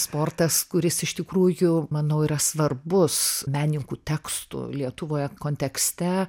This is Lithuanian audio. sportas kuris iš tikrųjų manau yra svarbus menininkų tekstų lietuvoje kontekste